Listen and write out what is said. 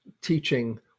teaching